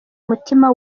mutima